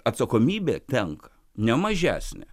atsakomybė tenka nemažesnė